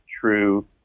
true